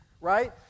right